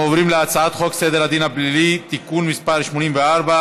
אנחנו עוברים להצעת חוק סדר הדין הפלילי (תיקון מס' 84)